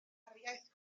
darpariaeth